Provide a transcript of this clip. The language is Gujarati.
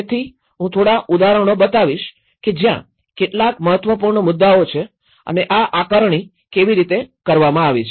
તેથી હું થોડા ઉદાહરણો બતાવીશ કે જ્યાં કેટલાક મહત્વપૂર્ણ મુદ્દાઓ છે અને આ આકારણી કેવી રીતે કરવામાં આવી છે